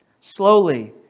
Slowly